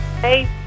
Hey